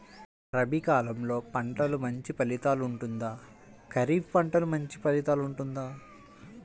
రబీ కాలం పంటలు మంచి ఫలితాలు ఉంటుందా? ఖరీఫ్ పంటలు మంచి ఫలితాలు ఉంటుందా?